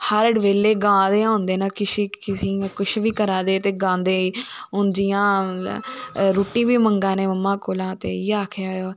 हर बेल्ले गा दे गै होंदे न कुश बी करा दे ते गांदे हुन जियां रुट्टी बी मंगा दे मम्मा कोला ते इयै आखेआ